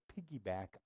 piggyback